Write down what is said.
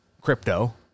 crypto